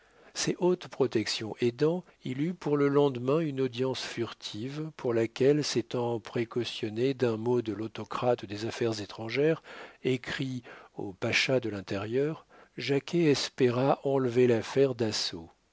ces hautes protections aidant il eut pour le lendemain une audience furtive pour laquelle s'étant précautionné d'un mot de l'autocrate des affaires étrangères écrit au pacha de l'intérieur jacquet espéra enlever l'affaire d'assaut